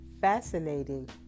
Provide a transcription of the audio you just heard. fascinating